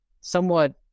somewhat